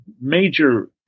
major